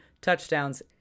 touchdowns